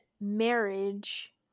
marriage